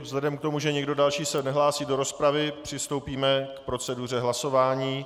Vzhledem k tomu, že nikdo další se nehlásí do rozpravy, přistoupíme k proceduře hlasování.